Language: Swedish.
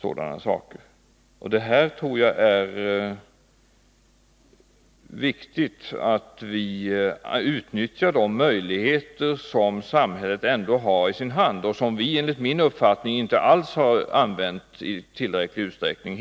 Jag tror att det är viktigt att vi utnyttjar de möjligheter som samhället ändå har i sin hand och som vi hittills enligt min uppfattning inte alls använt i tillräcklig utsträckning.